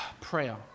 Prayer